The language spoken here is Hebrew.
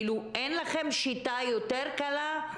אין לכם שיטה יותר קלה?